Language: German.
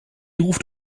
ruft